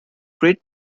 great